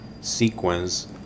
sequence